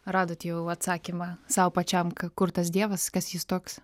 radot jau atsakymą sau pačiam kur tas dievas kas jis toks